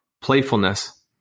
playfulness